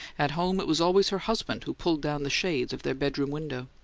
at home it was always her husband who pulled down the shades of their bedroom window.